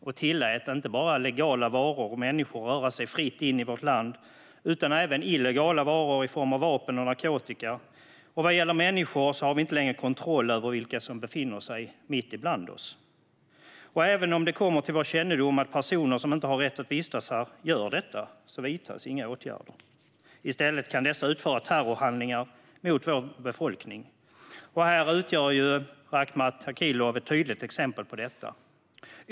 Man tillät inte bara legala varor och människor att röra sig fritt in i vårt land utan även illegala varor i form av vapen och narkotika. Vad gäller människor har vi inte längre kontroll över vilka som befinner sig mitt ibland oss. Och även om det kommer till vår kännedom att personer som inte har rätt att vistas här gör det vidtas inga åtgärder. I stället kan dessa utföra terrorhandlingar mot vår befolkning. Rakhmat Akilov utgör ett tydligt exempel på detta.